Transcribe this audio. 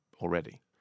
already